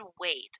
wait